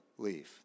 leave